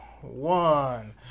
one